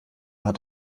hat